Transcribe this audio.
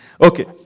Okay